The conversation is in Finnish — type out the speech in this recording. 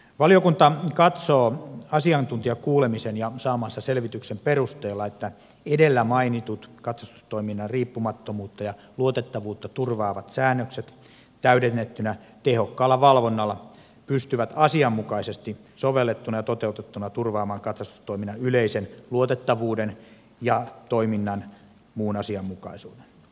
valiokunta katsoo asiantuntijakuulemisen ja saamansa selvityksen perusteella että edellä mainitut katsastustoiminnan riippumattomuutta ja luotettavuutta turvaavat säännökset täydennettyinä tehokkaalla valvonnalla pystyvät asianmukaisesti sovellettuina ja toteutettuina turvaamaan katsastustoiminnan yleisen luotettavuuden ja toiminnan muun asianmukaisuuden